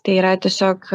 tai yra tiesiog